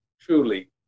truly